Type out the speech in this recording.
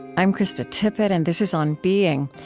i'm krista tippett, and this is on being.